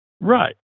Right